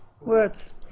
words